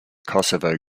kosovo